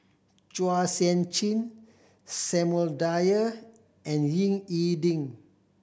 Chua Sian Chin Samuel Dyer and Ying E Ding